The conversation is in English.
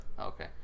Okay